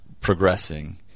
progressing